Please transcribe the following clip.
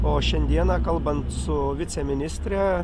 o šiandieną kalbant su viceministre